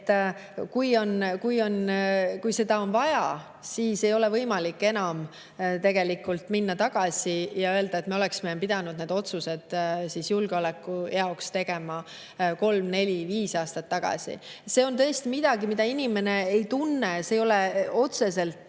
et] kui seda on vaja, siis ei ole võimalik enam tagasi minna ja öelda, et me oleksime pidanud otsused julgeoleku huvides tegema kolm-neli-viis aastat tagasi. See on tõesti midagi, mida inimene ei tunne, see ei ole tal otseselt